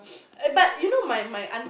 but you know my my aunt